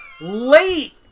Late